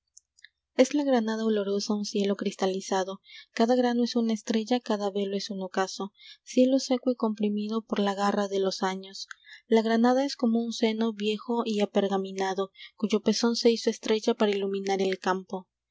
s la granada olorosa e un cielo cristalizado cada grano es una estrella cada velo es un ocaso cielo seco y comprimido por la garra de los años la granada es como un seno viejo y apergaminado cuyo pezón se hizo estrella para iluminar el campo